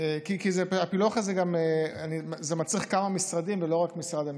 כי הפילוח הזה גם מצריך כמה משרדים ולא רק את משרד המשפטים.